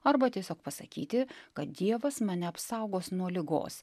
arba tiesiog pasakyti kad dievas mane apsaugos nuo ligos